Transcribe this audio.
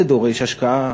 זה דורש השקעה,